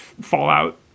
Fallout